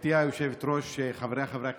גברתי היושבת-ראש, חבריי חברי הכנסת,